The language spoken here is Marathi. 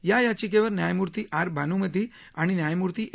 या याचिकेवर न्यायम्र्ती आर बान्मती आणि न्यायम्ती ए